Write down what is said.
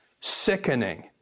sickening